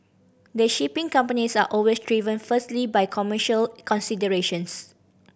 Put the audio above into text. the shipping companies are always driven firstly by commercial considerations